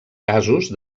casos